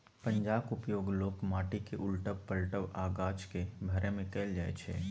पंजाक उपयोग लोक माटि केँ उलटब, पलटब आ गाछ केँ भरय मे कयल जाइ छै